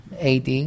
AD